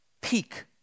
peak